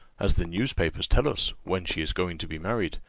as the newspapers tell us, when she is going to be married,